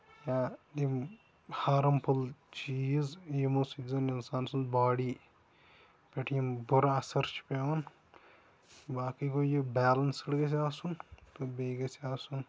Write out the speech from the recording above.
یا یِم harmful چیٖز یِمو سۭتۍ زَن اِنسان سُنٛد باڈی پٮ۪ٹھ یِم بُرٕ اَثر چھ پیوان باقٕے گوٚو یہِ بیلَنسٕڈ گژھِ آسُن تہٕ بیٚیہِ گژھِ آسُن